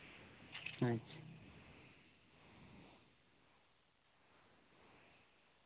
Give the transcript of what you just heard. ᱟᱪᱪᱷᱟ